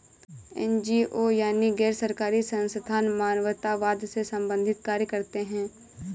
NGO यानी गैर सरकारी संस्थान मानवतावाद से संबंधित कार्य करते हैं